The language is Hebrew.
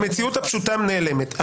המציאות הפשוטה נעלמת.